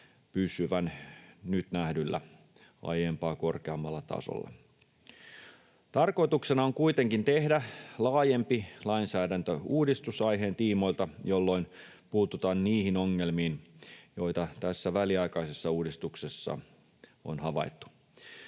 pysyvän nyt nähdyllä, aiempaa korkeammalla tasolla. Tarkoituksena on kuitenkin tehdä laajempi lainsäädäntöuudistus aiheen tiimoilta, jolloin puututaan niihin ongelmiin, joita tässä väliaikaisessa uudistuksessa on havaittu.